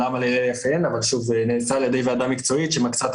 אבל זה נעשה על-ידי ועדה מקצועית שמקצה את